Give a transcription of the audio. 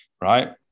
right